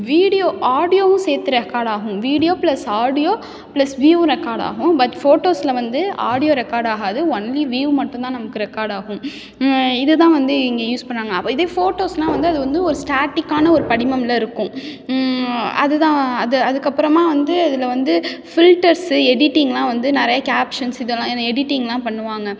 video ஆடியோவும் சேர்த்து record ஆகும் video plus audio plus view record ஆகும் பட் ஃபோட்டோஸில் வந்து ஆடியோ ரெக்கார்டு ஆகாது ஒன்லி வியூ மட்டும் தான் நமக்கு ரெக்கார்டு ஆகும் இது தான் வந்து இங்கே யூஸ் பண்ணாங்க வ இதே ஃபோட்டோஸ்னா வந்து அது வந்து ஒரு ஸ்டாட்டிக்கான ஒரு படிமம்ல இருக்கும் அது தான் அது அதுக்கப்புறமாக வந்து அதில் வந்து ஃபில்டர்ஸு எடிட்டிங்குலாம் வந்து நிறைய கேப்ஷன்ஸ் இதல்லாம் இந்த எடிட்டிங்குலாம் பண்ணுவாங்க